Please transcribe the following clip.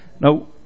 now